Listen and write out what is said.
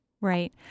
Right